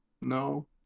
No